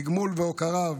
תגמול והוקרה,